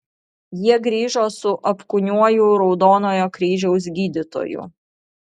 jie grįžo su apkūniuoju raudonojo kryžiaus gydytoju